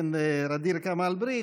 ע'דיר כמאל מריח,